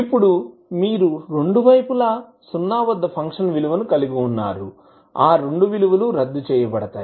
ఇప్పుడు మీరు రెండు వైపులా సున్నా వద్ద ఫంక్షన్ విలువను కలిగి ఉన్నారు ఆ రెండూ విలువలు రద్దు చేయబడతాయి